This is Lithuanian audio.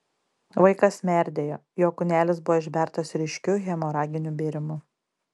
vaikas merdėjo jo kūnelis buvo išbertas ryškiu hemoraginiu bėrimu